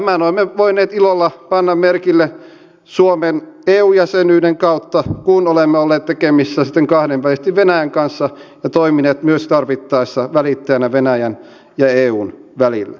tämän olemme voineet ilolla panna merkille suomen eu jäsenyyden kautta kun olemme olleet tekemisissä sitten kahdenvälisesti venäjän kanssa ja toimineet myös tarvittaessa välittäjänä venäjän ja eun välillä